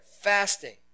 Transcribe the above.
fasting